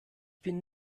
bin